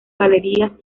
galerías